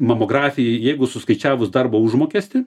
mamografijai jeigu suskaičiavus darbo užmokestį